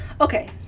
Okay